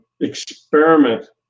Experiment